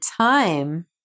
time